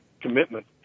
commitment